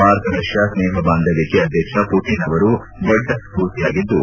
ಭಾರತ ರಷ್ಕಾ ಸ್ನೇಹ ಬಾಂಧವ್ಯಕ್ಕೆ ಅಧ್ಯಕ್ಷ ಮಟನ್ ಅವರು ದೊಡ್ಡ ಸ್ಫೂರ್ತಿಯಾಗಿದ್ದು